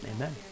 Amen